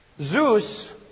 Zeus